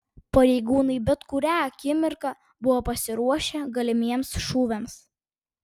pareigūnai bet kurią akimirką buvo pasiruošę galimiems šūviams